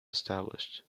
established